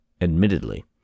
admittedly